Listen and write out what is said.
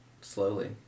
Slowly